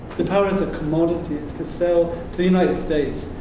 the power is a commodity. it's to sell to the united states.